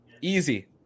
easy